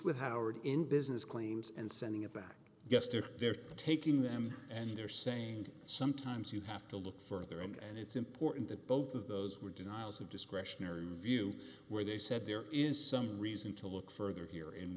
with howard in business claims and sending it back yesterday they're taking them and they're saying sometimes you have to look further and it's important that both of those were denials of discretionary view where they said there is some reason to look further here